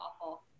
awful